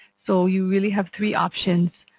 so you really have three options.